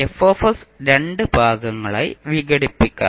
F രണ്ട് ഭാഗങ്ങളായി വിഘടിപ്പിക്കാം